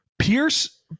Pierce